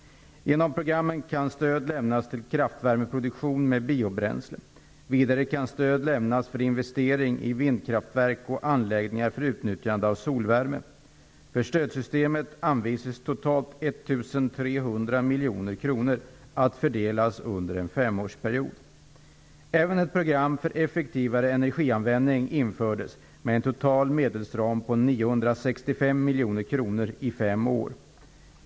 Genom programmen kan stöd lämnas till kraftvärmeproduktion med biobränslen. Vidare kan stöd lämnas för investeringar i vindkraftverk och anläggningar för utnyttjande av solvärme. För stödsystemet anvisades totalt 1 300 miljoner kronor att fördelas under en femårsperiod. Även ett program för effektivare energianvändning infördes med en total medelsram på 965 miljoner kronor i fem år.